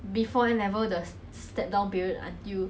me err which secondary school you from like ask everybody